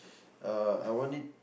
uh I want it